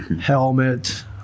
helmet